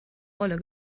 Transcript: rolle